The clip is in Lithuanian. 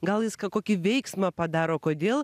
gal jis ką kokį veiksmą padaro kodėl